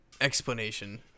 explanation